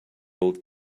old